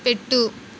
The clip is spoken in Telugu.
పెట్టు